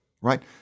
right